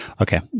Okay